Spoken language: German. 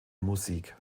musik